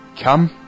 come